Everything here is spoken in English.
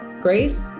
grace